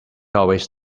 always